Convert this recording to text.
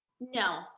No